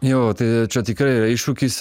jo čia tikrai yra iššūkis